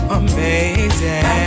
amazing